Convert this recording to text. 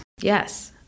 Yes